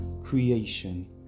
creation